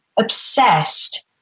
obsessed